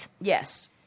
Yes